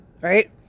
right